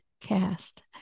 cast